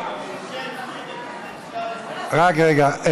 רק רגע.